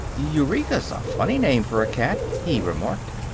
eureka's a funny name for a cat, he remarked.